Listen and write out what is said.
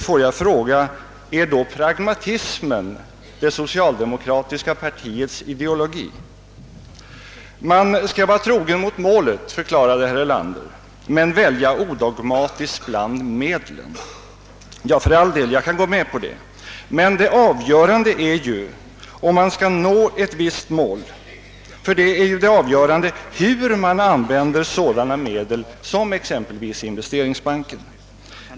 Får jag fråga: Är då pragmatismen det socialdemokratiska partiets ideologi? Man skall vara trogen mot målet, förklarade herr Erlander, men välja odogmatiskt bland medlen. För all del, jag kan gå med på det. Det avgörande, om man skall nå ett visst mål, är emellertid hur man använder sådana medel som exempelvis investeringsbanken.